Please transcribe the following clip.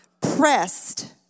pressed